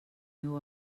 meu